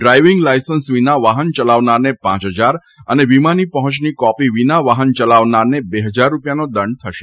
driving licence વિના વાફન ચલાવનારને પ ફજાર અને વીમાની પહોંચની કોપી વિના વાહન ચલાવનારને બે ફજાર રૂપિયાનો દંડ થશે